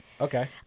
Okay